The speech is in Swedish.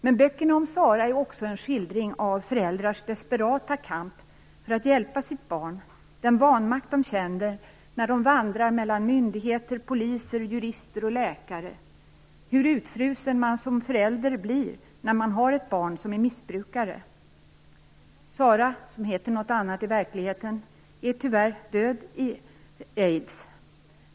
Men böckerna om Sara är också en skildring av föräldrars desperata kamp för att hjälpa sitt barn, den vanmakt de känner när de vandrar mellan myndigheter, poliser, jurister och läkare, hur utfrusen man som förälder blir när man har ett barn som är missbrukare. Sara, som heter något annat i verkligheten, är tyvärr död i aids.